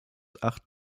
acht